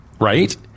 right